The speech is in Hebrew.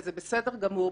וזה בסדר גמור,